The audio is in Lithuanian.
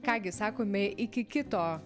ką gi sakome iki kito